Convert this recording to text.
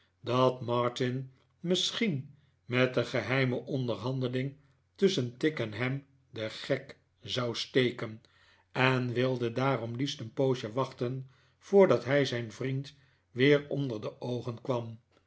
dat martin misschien met de geheime onderhandeling tusschen tigg en hem den gek zou steken en wilde daarom liefst een poosje wachten voordat hij zijn vriend weer onder de oogen kwam